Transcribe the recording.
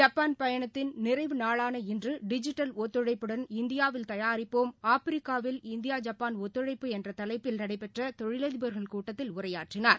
Japan பயணத்தின் நிறைவு நாளான இன்றுடிஜிட்டல் ஒத்துழைப்புடன் இந்தியாவில் தயாரிப்போம் ஆப்பிரிக்காவில் இந்தியாா ஜப்பான் ஒத்துழைப்பு என்றதலைப்பில் நடைபெற்றதொழிலதிபர்கள் கூட்டத்தில் உரையாற்றினார்